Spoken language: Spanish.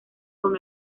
con